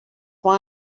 why